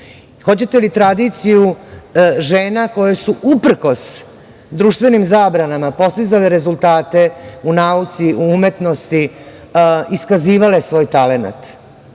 li tradiciju žena koje su, uprkos društvenim zabranama, postizale rezultate u nauci, u umetnosti, iskazivale svoj talenat? Ako